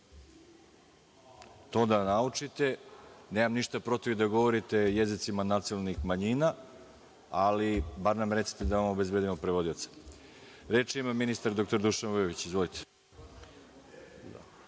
To da naučite. Nemam ništa protiv da govorite jezicima nacionalnih manjina, ali bar nam recite da vam obezbedimo prevodioca. Reč ima ministar dr Dušan Vujović. **Dušan